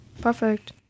Perfect